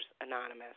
anonymous